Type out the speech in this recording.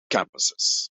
campuses